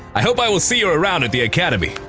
i hope i will see you around at the academy.